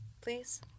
Please